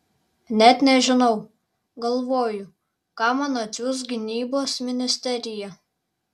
net nežinau galvoju ką man atsiųs gynybos ministerija